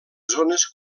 zones